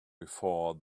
before